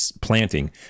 planting